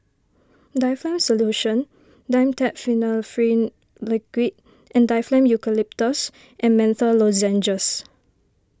Difflam Solution Dimetapp Phenylephrine Liquid and Difflam Eucalyptus and Menthol Lozenges